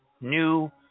new